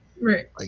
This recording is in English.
right